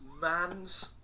man's